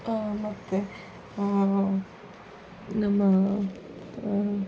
ಮತ್ತು ನಮ್ಮ